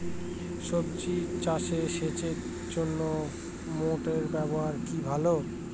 সবজি চাষে সেচের জন্য মোটর ব্যবহার কি ভালো?